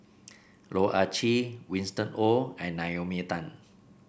Loh Ah Chee Winston Oh and Naomi Tan